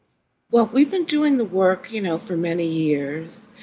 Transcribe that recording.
well, we've been doing the work, you know, for many years,